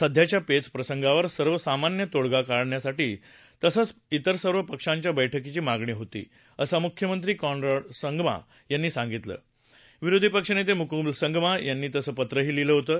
सध्याच्या पेचप्रसंगावर सर्वमान्य तोडगा काढण्यासाठी सर्वच पक्षांकडून बैठकीची मागणी होती असं मुख्यमंत्री कॉनराड संगमा यांनी सांगितलं विरोधी पक्ष नेते मुकुल संगमा यांनी तसं पत्रही लिहीलं होतं